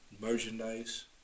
merchandise